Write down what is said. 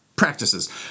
Practices